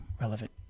relevant